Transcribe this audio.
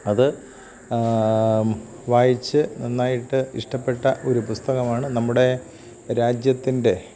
അത് വായിച്ച് നന്നായിട്ട് ഇഷ്ടപ്പെട്ട ഒരു പുസ്തകമാണ് നമ്മുടെ രാജ്യത്തിൻ്റെ